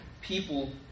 people